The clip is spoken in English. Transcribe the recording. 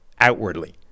outwardly